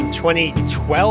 2012